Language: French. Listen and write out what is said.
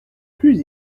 plus